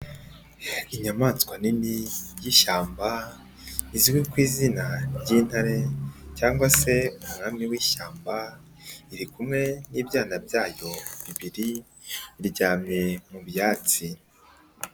Inyamaswa nini y'ishyamba izwi ku izina ry'intare cyangwa se umwami w'ishyamba, iri kumwe n'ibyana byayo bibiri, iryamye mu byatsi.